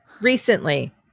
Recently